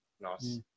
Nice